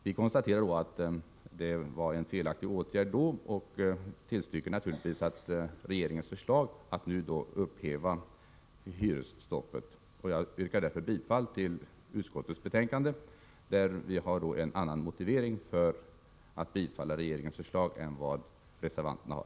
Vi konstaterade alltså när hyresstoppet infördes att det var en felaktig åtgärd och tillstyrker naturligtvis regeringens förslag att nu upphäva hyresstoppet. Jag yrkar därför bifall till utskottets hemställan, där vi har en annan motivering för att tillstyrka regeringens förslag än vad reservanterna har.